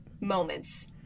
moments